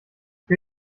für